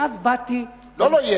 ואז באתי, לא שלא יהיה.